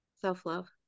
self-love